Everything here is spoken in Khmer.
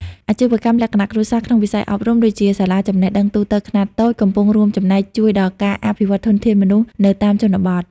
អាជីវកម្មលក្ខណៈគ្រួសារក្នុងវិស័យអប់រំ ដូចជាសាលាចំណេះដឹងទូទៅខ្នាតតូច កំពុងរួមចំណែកជួយដល់ការអភិវឌ្ឍធនធានមនុស្សនៅតាមជនបទ។